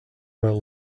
about